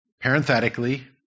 Parenthetically